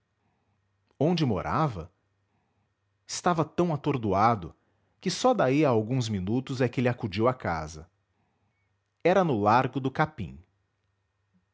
onde morava estava tão atordoado que só daí a alguns minutos é que lhe acudiu a casa era no largo do capim